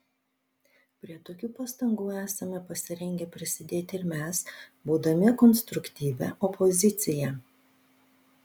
prie tokių pastangų esame pasirengę prisidėti ir mes būdami konstruktyvia opozicija